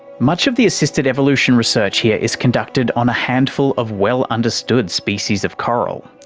much of the assisted evolution research here is conducted on a handful of well-understood species of coral,